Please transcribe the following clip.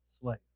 slave